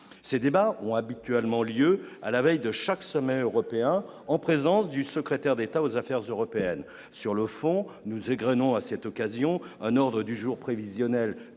ces débats ont habituellement lieu à la veille de chaque sommet européen en présence du secrétaire d'État aux affaires européennes, sur le fond nous égrenant à cette occasion un ordre du jour prévisionnel